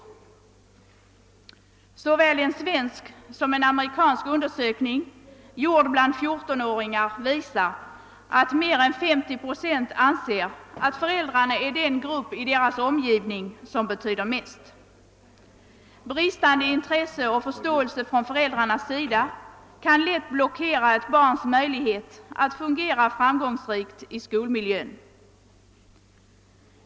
Såväl en svensk som en amerikansk undersökning bland fjortonåringar visar att mer än 50 procent anser att föräldrarna är den grupp i deras omgivning som betyder mest. Bristande intresse och förståelse från föräldrarnas sida kan lätt blockera ett barns möjlighet att fungera framgångsrikt i skolmiljön.